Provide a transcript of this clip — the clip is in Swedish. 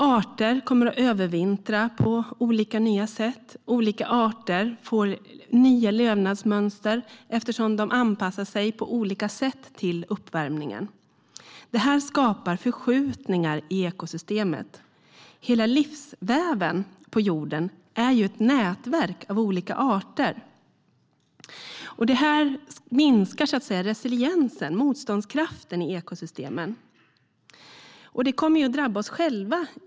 Arter kommer att övervintra på olika nya sätt, och olika arter får nya levnadsmönster eftersom de anpassar sig på olika sätt till uppvärmningen. Detta skapar förskjutningar i ekosystemet. Hela livsväven på jorden är ett nätverk av olika arter. Detta minskar så att säga resiliensen, det vill säga motståndskraften i ekosystemen. Detta kommer i slutändan att drabba oss själva.